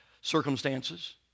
circumstances